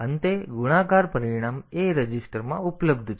અને અંતે ગુણાકાર પરિણામ A રજિસ્ટરમાં ઉપલબ્ધ છે